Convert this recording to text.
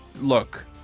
look